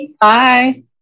Bye